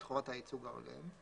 את חובת הייצוג ההולם".